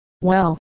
Well